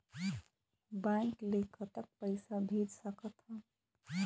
Bank ले कतक पैसा भेज सकथन?